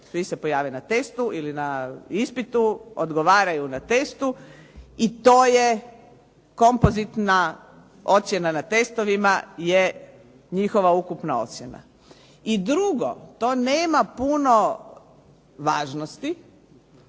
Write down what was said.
Svi se pojave na testu ili na ispitu, odgovaraju na testu i to je kompozitna ocjena na testovima je njihova ukupna ocjena. I drugo, to nema puno važnosti